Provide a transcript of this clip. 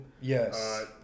yes